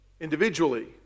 individually